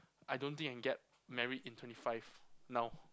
I don't think I can get married in twenty five now